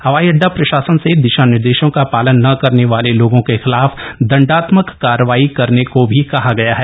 हवाई अड़डा प्रशासन से दिशा निर्देशों का पालन न करने वाले लोगों के खिलाफ दंडात्मक कार्रवाई करने को भी कहा गया है